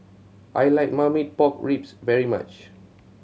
I like Marmite Pork Ribs very much